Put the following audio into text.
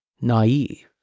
naive